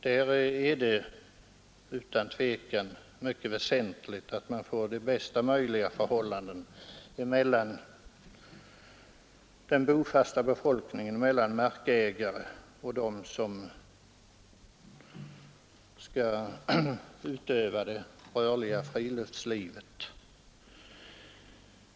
Det är utan tvivel mycket väsentligt att det skapas bästa möjliga förhållanden mellan den bofasta befolkningen, alltså markägarna, och dem som skall utöva det rörliga friluftslivet.